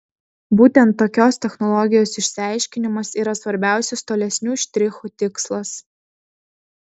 būtent tokios technologijos išsiaiškinimas yra svarbiausias tolesnių štrichų tikslas